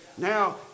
Now